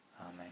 Amen